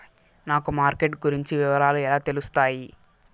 నాకు మార్కెట్ గురించి వివరాలు ఎలా తెలుస్తాయి?